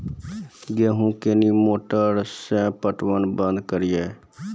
गेहूँ कोनी मोटर से पटवन बंद करिए?